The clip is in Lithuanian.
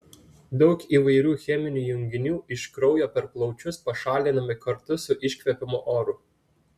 daug įvairių cheminių junginių iš kraujo per plaučius pašalinami kartu su iškvepiamu oru